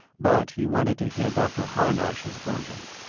but he wanted to hear dr. harnosh's version.